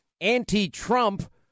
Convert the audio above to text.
anti-Trump